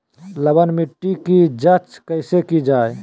लवन मिट्टी की जच कैसे की जय है?